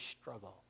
struggle